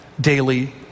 daily